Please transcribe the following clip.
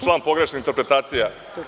Član 104, pogrešna interpretacija.